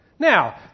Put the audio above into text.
Now